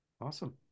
Awesome